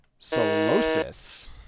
solosis